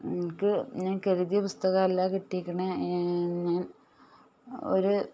എനിക്ക് ഞാൻ കരുതിയ പുസ്തകം അല്ല കിട്ടിക്കണേ എന്ന് ഒരു